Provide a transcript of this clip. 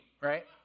right